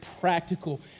practical